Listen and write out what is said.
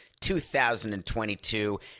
2022